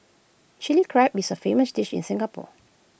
Chilli Crab is A famous dish in Singapore